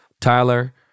Tyler